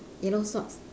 yellow socks